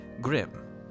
Grim